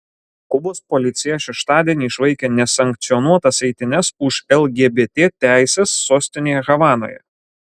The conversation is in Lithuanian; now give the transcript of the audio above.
kubos policija šeštadienį išvaikė nesankcionuotas eitynes už lgbt teises sostinėje havanoje